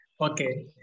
Okay